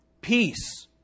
peace